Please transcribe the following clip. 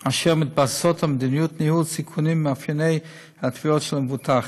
אשר מתבססות על מדיניות ניהול סיכונים ומאפייני התביעות של המבוטח.